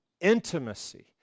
intimacy